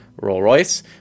Rolls-Royce